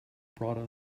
brought